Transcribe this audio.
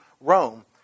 Rome